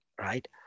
right